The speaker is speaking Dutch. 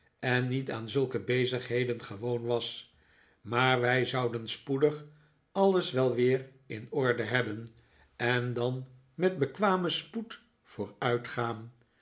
en hiet aan zulke bezigheden gewoon was maar wij zouden spoedig alles wel weer in orde hebben en dan met bekwamen spoed